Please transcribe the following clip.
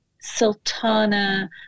sultana